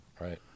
Right